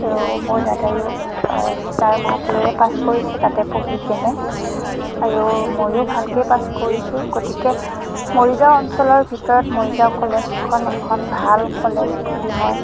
আৰু মোৰ দাদায়ো ষ্টাৰ মাৰ্ক লৈয়ে পাচ কৰিছে তাতে পঢ়ি কেনে আৰু ময়ো ভালকেই পাচ কৰিছোঁ গতিকে মৰিগাঁও অঞ্চলৰ ভিতৰত মৰিগাঁও কলেজখন এখন ভাল কলেজ বুলি মই